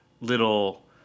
little